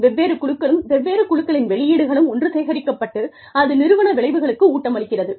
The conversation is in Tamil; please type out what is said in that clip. வெவ்வேறு குழுக்களும் வெவ்வேறு குழுக்களின் வெளியீடுகளும் ஒன்று சேகரிக்கப்பட்டு அது நிறுவன விளைவுகளுக்கு ஊட்டமளிக்கிறது